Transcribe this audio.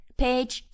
page